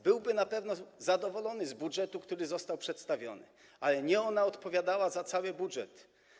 Byłby na pewno zadowolony z budżetu, który został przedstawiony, ale nie ona odpowiadała za cały budżet.